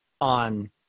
on